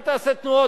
אל תעשה תנועות.